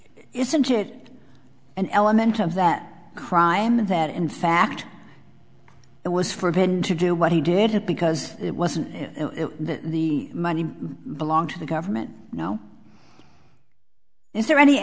it an element of that crime that in fact it was forbidden to do what he did it because it wasn't the money belong to the government now is there any